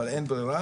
אבל אין ברירה,